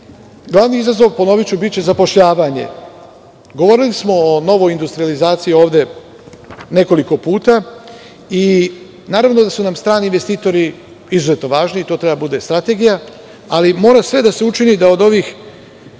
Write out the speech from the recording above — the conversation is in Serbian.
glavni izazov, ponoviću, biće zapošljavanje. Govorili smo o novoj industrijalizaciji nekoliko puta i naravno da su nam strani investitori izuzetno važni i to treba da bude strategija, ali mora sve da se učini, da od ovih